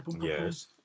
Yes